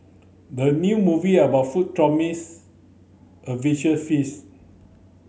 the new movie about food promise a visual feast